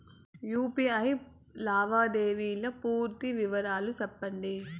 UPI లావాదేవీల పూర్తి వివరాలు సెప్పండి?